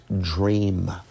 dream